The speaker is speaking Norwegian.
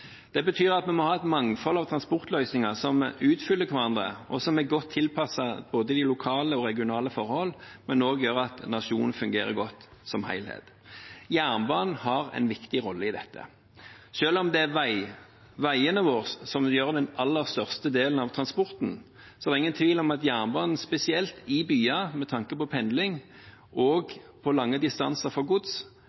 Det betyr at vi må ha et mangfold av transportløsninger som utfyller hverandre, og som er godt tilpasset både de lokale og de regionale forhold, men som også gjør at nasjonen fungerer godt som helhet. Jernbanen har en viktig rolle i dette. Selv om det er på veiene våre en vil ha den aller største delen av transporten, er det ingen tvil om at jernbanen – spesielt i byer, med tanke på pendling og